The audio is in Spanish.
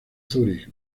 zúrich